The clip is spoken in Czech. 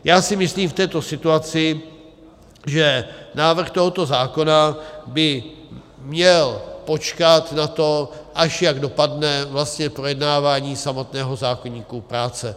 Já si myslím v této situaci, že návrh tohoto zákona by měl počkat na to, až jak dopadne projednávání samotného zákoníku práce.